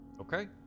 Okay